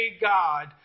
God